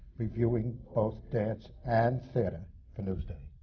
reviewing both dance and theatre for newsday.